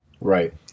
Right